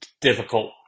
difficult